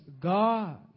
God